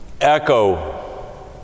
echo